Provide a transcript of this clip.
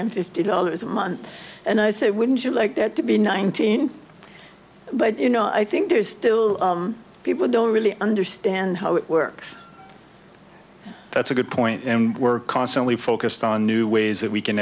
hundred fifty dollars a month and i say wouldn't you like that to be nineteen but you know i think there's still people don't really understand how it works that's a good point and we're constantly focused on new ways that we can